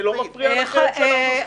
זה לא מפריע לכם זה שאנחנו סובלים?